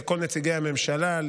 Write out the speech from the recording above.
לכל נציגי הממשלה,